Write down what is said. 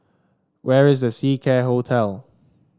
where is The Seacare Hotel